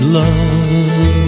love